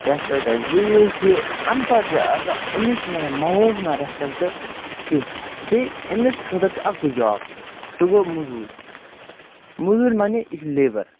respect وۅنۍ یُس یہِ اَنپَڑھ چھِ آسان أمِس چھِ نہٕ آسان ماحولَس منٛز ریٚسپٮ۪کٹہٕ کیٚنٛہہ بیٚیہِ أمِس خٲطرٕ چھِ اَکُے جاب سُہ گوٚو موٚزوٗرۍ موٚزوٗرۍ معنے یہِ چھُ لیبَر